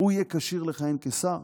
יהיה כשיר לכהן כשר?